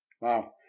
Wow